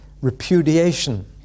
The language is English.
repudiation